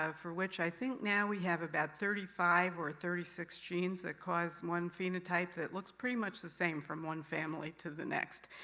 um for which i think now we have about thirty five or thirty six genes that cause one phenotype, that looks pretty much the same from one family to the next.